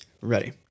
Ready